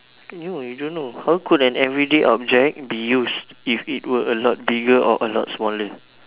no I don't know how an everyday object be used if it were a lot bigger or a lot smaller